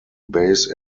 base